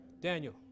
Daniel